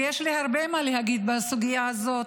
ויש לי הרבה מה להגיד בסוגיה הזאת,